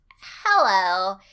hello